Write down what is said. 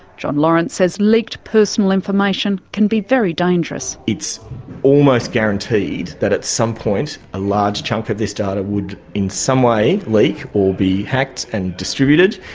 jon lawrence says leaked personal information can be very dangerous. it's almost guaranteed that at some point a large chunk of this data would in some way leak or be hacked and distributed.